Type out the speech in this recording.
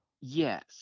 Yes